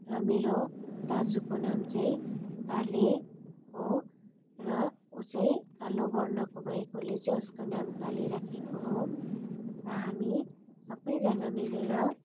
र मेरो दाजुको नाम चाहिँ काले हो र ऊ चाहिँ कालो वर्णको भएकोले चाहिँ उसको नाम काले राखेको हो र हामी सबैजना मिलेर